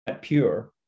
pure